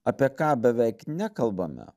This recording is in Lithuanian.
apie ką beveik nekalbame